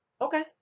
Okay